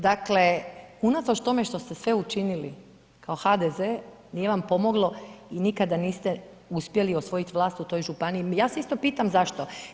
Dakle, unatoč tome što ste sve učinili kao HDZ, nije vam pomoglo i nikada niste uspjeli osvojiti vlast u toj županiji, ja se isto pitam zašto?